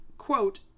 quote